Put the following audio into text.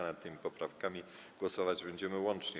Nad tymi poprawkami głosować będziemy łącznie.